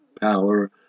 power